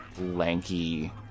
lanky